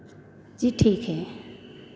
जी ठीक है